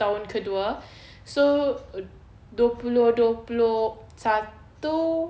tahun kedua so dua puluh dua puluh satu